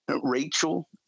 Rachel